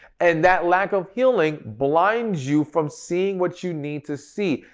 and that lack of healing blinds you from seeing what you need to see.